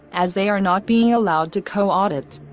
as they are not being allowed to co-audit.